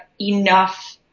enough